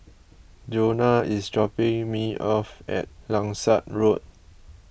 Jonah is dropping me off at Langsat Road